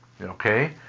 okay